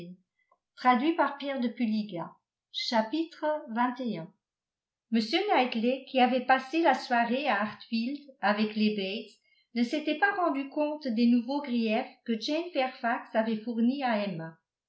m knightley qui avait passé la soirée à hartfield avec les bates ne s'était pas rendu compte des nouveaux griefs que jane fairfax avait fournis à emma